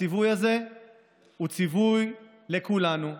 הציווי הזה הוא ציווי לכולנו: